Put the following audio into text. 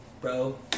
bro